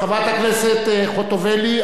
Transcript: חברת הכנסת חוטובלי?